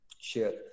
Share